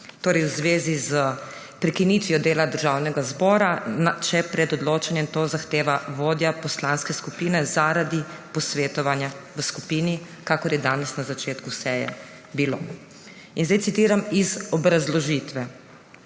torej v zvezi s prekinitvijo dela Državnega zbora, če pred odločanjem to zahteva vodja poslanske skupine zaradi posvetovanja v skupini, kakor je bilo danes na začetku seje. Citiram iz obrazložitve.